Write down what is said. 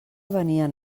venien